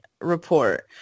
report